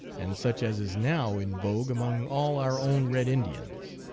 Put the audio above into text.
and such as is now in vogue among all our own red indians.